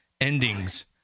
endings